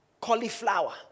cauliflower